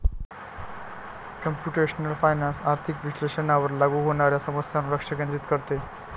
computational finance आर्थिक विश्लेषणावर लागू होणाऱ्या समस्यांवर लक्ष केंद्रित करते